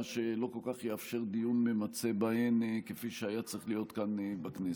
מה שלא כל כך יאפשר דיון ממצה בהן כפי שהיה צריך להיות כאן בכנסת.